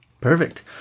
Perfect